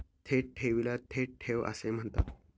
थेट ठेवीला थेट ठेव असे म्हणतात